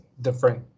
different